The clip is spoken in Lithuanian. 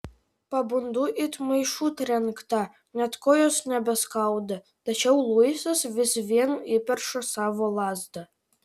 pabundu it maišu trenkta net kojos nebeskauda tačiau luisas vis vien įperša savo lazdą